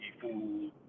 fool